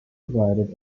improvised